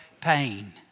pain